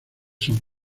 son